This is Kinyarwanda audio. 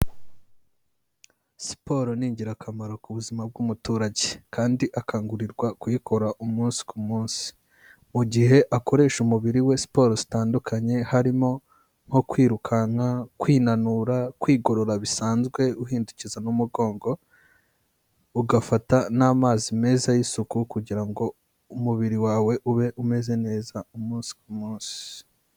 Siporo ni ingirakamaro ku buzima bw'umuturage kandi akangurirwa kuyikora umunsi ku munsi, mu gihe akoresha umubiri we siporo zitandukanye harimo nko kwirukanka, kwinanura, kwigorora bisanzwe uhindukiza n'umugongo ugafata n'amazi meza y'isuku kugira ngo umubiri wawe ube umeze neza umunsi ku munsi.